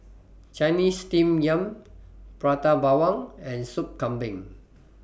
Chinese Steamed Yam Prata Bawang and Soup Kambing